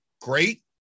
great